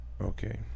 Okay